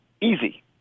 easy